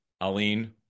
Aline